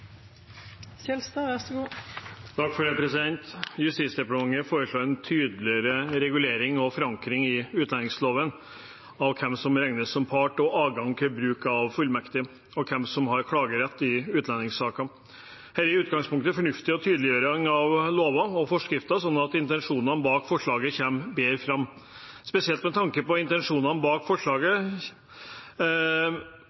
foreslår en tydeligere regulering og forankring i utlendingsloven av hvem som regnes som part, adgangen til bruk av fullmektig, og hvem som har klagerett i utlendingssaker. Dette er i utgangspunktet en fornuftig tydeliggjøring av lover og forskrifter slik at intensjonen bak forslagene kommer bedre fram. Når det gjelder intensjonen bak